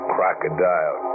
Crocodile